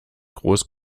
groß